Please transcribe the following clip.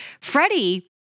Freddie